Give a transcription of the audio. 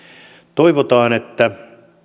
toivotaan että